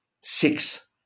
six